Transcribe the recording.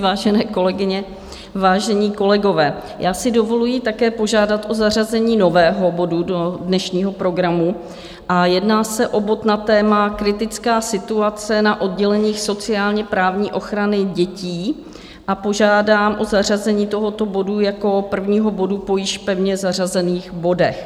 Vážené kolegyně, vážení kolegové, já si dovoluji také požádat o zařazení nového bodu do dnešního programu, jedná se o bod na téma Kritická situace na odděleních sociálněprávní ochrany dětí a požádám o zařazení tohoto bodu jako prvního bodu po již pevně zařazených bodech.